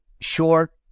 short